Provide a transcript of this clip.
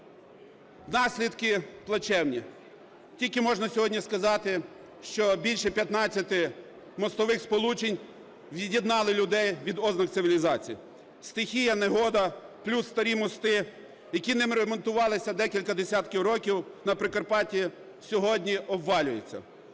Наслідки плачевні. Тільки можна сьогодні сказати, що більше 15 мостових сполучень від'єднали людей від ознак цивілізацій. Стихія, негода, плюс старі мости, які не ремонтувались декілька десятків років на Прикарпатті, сьогодні обвалюються.